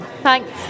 Thanks